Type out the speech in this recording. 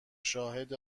شاهد